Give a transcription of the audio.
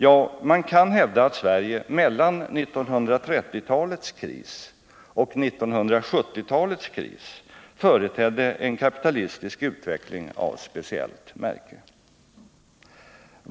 Ja, man kan hävda att Sverige mellan 1930-talets kris och 1970-talets kris företedde en kapitalistisk utveckling av speciellt märke.